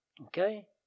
Okay